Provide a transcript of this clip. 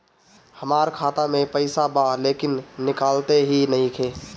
हमार खाता मे पईसा बा लेकिन निकालते ही नईखे?